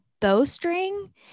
bowstring